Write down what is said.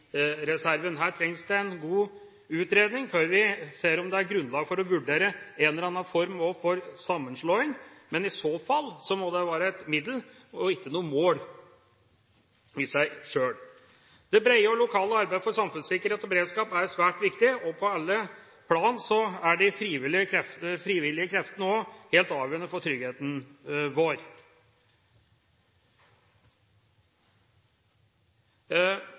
Her trengs det en god utredning før vi ser om det er grunnlag for å vurdere en eller annen form for sammenslåing. Men i så fall må det være et middel og ikke noe mål i seg sjøl. Det brede og lokale arbeidet for samfunnssikkerhet og beredskap er svært viktig, og på alle plan er de frivillige kreftene helt avgjørende for tryggheten vår.